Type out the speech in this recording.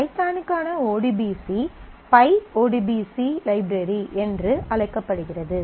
பைத்தானுக்கான ODBC PyODBC library என்று அழைக்கப்படுகிறது